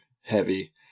heavy